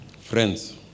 friends